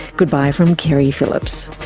goodbye from keri phillips